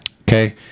Okay